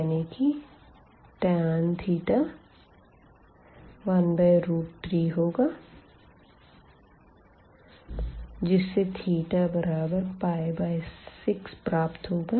यानी कि tan of 13 होगा जिससे 6 प्राप्त होगा